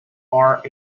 are